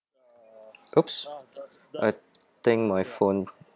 !oops! I think my phone